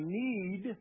need